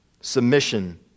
Submission